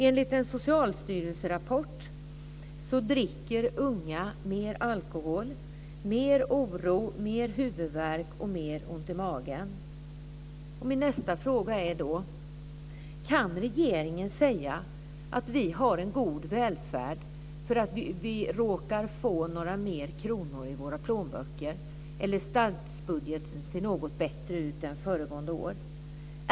En rapport från Socialstyrelsen visar att unga dricker mer alkohol, känner mer oro, har mer huvudvärk och har mer ont i magen. Min nästa fråga är då: Kan regeringen säga att vi har en god välfärd därför att vi råkar få några fler kronor i våra plånböcker eller statsbudgeten ser något bättre ut än föregående år?